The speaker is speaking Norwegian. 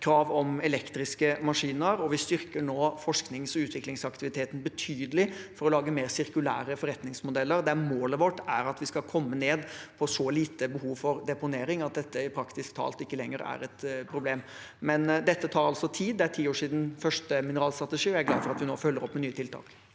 krav om elektriske maskiner, og vi styrker nå forsknings- og utviklingsaktiviteten betydelig for å lage mer sirkulære forretningsmodeller. Målet vårt er at vi skal komme ned på et så lite behov for deponering at det praktisk talt ikke lenger er et problem. Men dette tar altså tid. Det er ti år siden første mineralstrategi, og jeg er glad for at vi nå følger opp med nye tiltak.